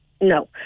No